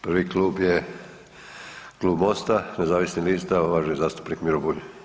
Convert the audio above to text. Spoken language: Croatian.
Prvi klub je Klub MOST-a nezavisnih lista, uvaženi zastupnik Miro Bulj.